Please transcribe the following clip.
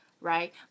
right